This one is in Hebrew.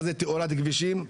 מה היא תאורת כבישים,